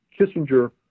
Kissinger